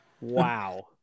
Wow